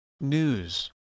News